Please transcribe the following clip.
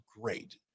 great